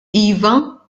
iva